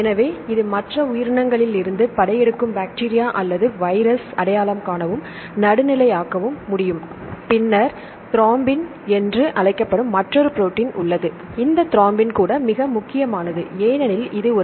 எனவே இது மற்ற உயிரினங்களிலிருந்து படையெடுக்கும் பாக்டீரியா அல்லது வைரஸை அடையாளம் காணவும் நடுநிலையாக்கவும் முடியும் பின்னர் த்ரோம்பின் என்று அழைக்கப்படும் மற்றொரு ப்ரோடீன் உள்ளது இந்த த்ரோம்பின் கூட மிக முக்கியமானது ஏனெனில் இது ஒரு